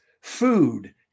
Food